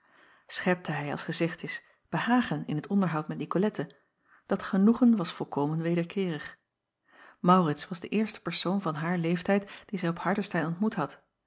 chepte hij als gezegd is behagen in het onderhoud met icolette dat genoegen was volkomen wederkeerig aurits was de eerste persoon van haar leeftijd dien zij op ardestein ontmoet had